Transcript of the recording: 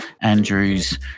Andrew's